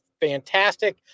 fantastic